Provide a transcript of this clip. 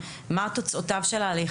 מה תוצאותיו של ההליך,